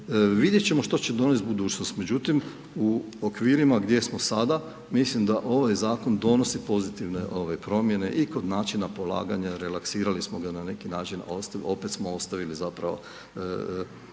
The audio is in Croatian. vidjeti ćemo što će donijeti budućnost. Međutim u okvirima gdje smo sada mislim da ovaj zakon donosi pozitivne promjene i kod načina polaganja, relaksirali smo ga na neki način a opet smo ostavili zapravo nekakvu